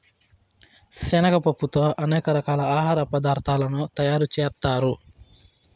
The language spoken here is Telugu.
శనగ పప్పుతో అనేక రకాల ఆహార పదార్థాలను తయారు చేత్తారు